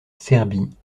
serbie